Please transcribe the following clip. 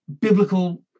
biblical